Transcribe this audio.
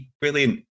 brilliant